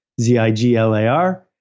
Z-I-G-L-A-R